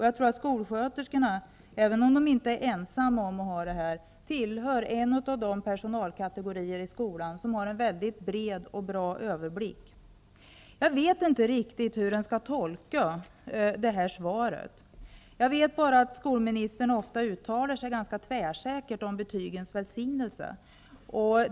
Jag tror att skolsköterskorna tillhör -- även om de inte är ensamma om det -- de personalkategorier i skolan som har en väldigt bra överblick. Jag vet inte riktigt hur jag skall tolka svaret. Jag vet bara att skolministern ofta uttalar sig ganska tvärsäkert om betygens välsignelse.